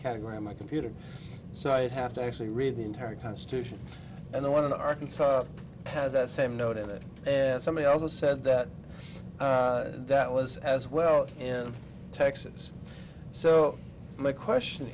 category my computer so i'd have to actually read the entire constitution and the one in arkansas has that same note in it somebody also said that that was as well in texas so my question